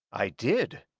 i did,